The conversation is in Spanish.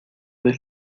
del